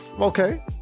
Okay